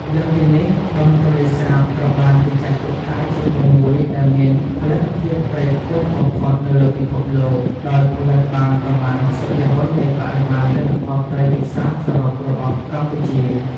លើសពីនេះ បឹងទន្លេសាបត្រូវបានគេចាត់ទុកថាជាបឹងមួយដែលមានផលិតភាពត្រីខ្ពស់បំផុតនៅលើពិភពលោក ដោយផលិតបានប្រមាណ ៦០% នៃបរិមាណទិន្នផលត្រីទឹកសាបសរុបរបស់កម្ពុជា។